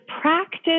practice